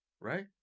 Right